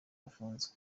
bafunzwe